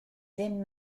ddim